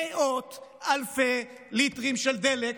מאות אלפי ליטרים של דלק